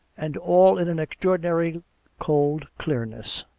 and all in an extraordinary cold clearness.